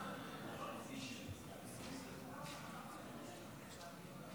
ההצעה להעביר את הצעת חוק יום בריאות הנפש,